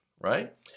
right